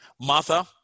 Martha